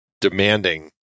demanding